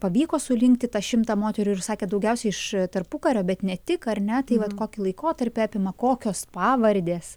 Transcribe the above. pavyko surinkti tą šimtą moterų ir sakėt daugiausiai iš tarpukario bet ne tik ar ne tai vat kokį laikotarpį apima kokios pavardės